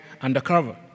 undercover